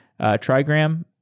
trigram